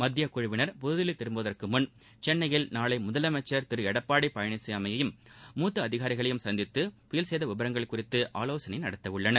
மத்தியக் குழுவினர் புதுதில்லி திரும்புவதற்கு முள் சென்னையில் நாளை முதலமைச்சர் திரு எடப்பாடி பழனிசாமியையும் மூத்த அதிகாரிகளையும் சந்தித்து புயல் சேதவிவரங்கள் குறித்து ஆலோசனை நடத்தவுள்ளனர்